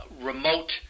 remote